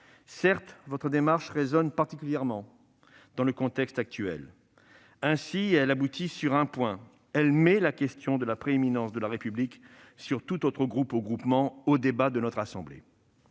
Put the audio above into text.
Certes, votre démarche résonne particulièrement dans le contexte actuel. Ainsi, elle aboutit sur un point : elle soumet la question de la prééminence de la République sur tout autre groupe ou groupement au débat de notre assemblée.